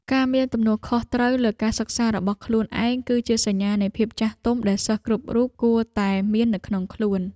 ការមានទំនួលខុសត្រូវលើការសិក្សារបស់ខ្លួនឯង គឺជាសញ្ញានៃភាពចាស់ទុំដែលសិស្សគ្រប់រូបគួរតែមាននៅក្នុងខ្លួន។